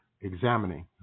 examining